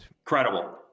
Incredible